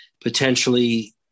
potentially